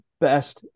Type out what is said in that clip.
best